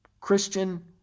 Christian